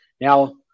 Now